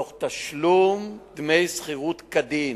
תוך תשלום דמי שכירות כדין.